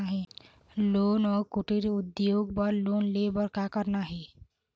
नान अउ कुटीर उद्योग बर लोन ले बर का करना हे?